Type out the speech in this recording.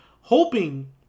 hoping